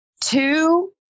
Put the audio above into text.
Two